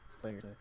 players